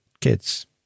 kids